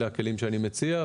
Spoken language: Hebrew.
אלה הכלים שאני מציע,